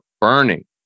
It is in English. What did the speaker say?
burning